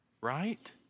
right